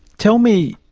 tell me,